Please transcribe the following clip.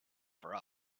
for